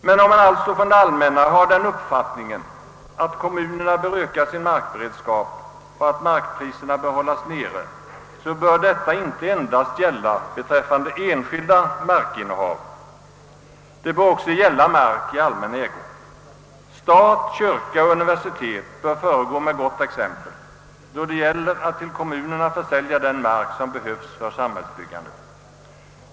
Men om man alltså från det allmänna har den uppfattningen, att kommunerna bör öka sin markberedskap och att mark Priserna bör hållas nere, bör detta inte endast gälla beträffande enskilda ägares markinnehav. Det bör också gälla mark i allmän ägo. Stat, kyrka och universitet bör föregå med gott exempel då det gäller att till kommunerna försälja den mark som behövs för samhällsbyggandet.